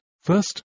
First